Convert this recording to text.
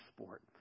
sport